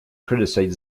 criticized